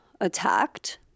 attacked